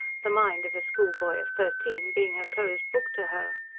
the mind of a schoolboy of thirteen being a closed book to her.